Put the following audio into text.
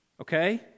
Okay